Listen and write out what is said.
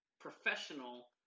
professional